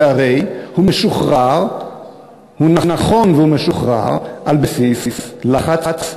שהרי הוא ניחן והוא משוחרר על בסיס לחץ צבאי.